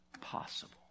possible